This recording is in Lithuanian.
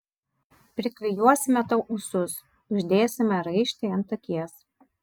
priklijuosime tau ūsus uždėsime raištį ant akies